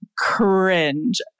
Cringe